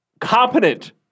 competent